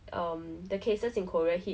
but at the same time you don't need like